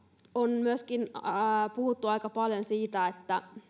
on myöskin puhuttu aika paljon siitä